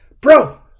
Bro